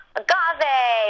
agave